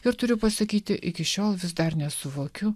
ir turiu pasakyti iki šiol vis dar nesuvokiu